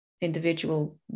individual